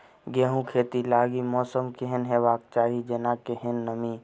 गेंहूँ खेती लागि मौसम केहन हेबाक चाहि जेना केहन नमी?